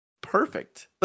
perfect